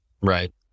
Right